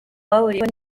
bahuriyeho